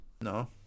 no